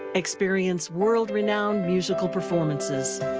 experience world renownd musical performances.